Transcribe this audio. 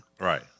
Right